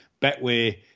Betway